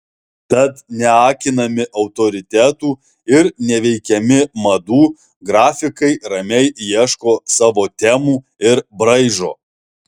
tad neakinami autoritetų ir neveikiami madų grafikai ramiai ieško savo temų ir braižo